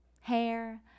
hair